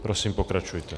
Prosím pokračujte.